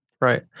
Right